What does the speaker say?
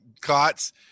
Cots